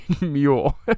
mule